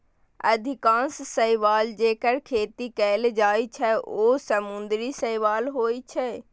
अधिकांश शैवाल, जेकर खेती कैल जाइ छै, ओ समुद्री शैवाल होइ छै